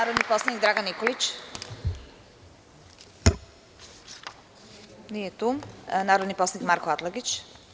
Narodni poslanik Dragan Nikolić. (Nije tu.) Narodni poslanik Marko Atlagić.